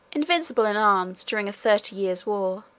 invincible in arms, during a thirty years' war,